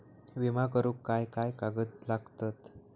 विमा करुक काय काय कागद लागतत?